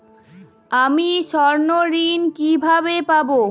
আমি স্বর্ণঋণ কিভাবে পাবো?